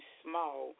small